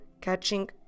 catching